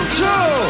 two